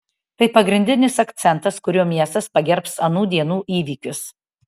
tai pagrindinis akcentas kuriuo miestas pagerbs anų dienų įvykius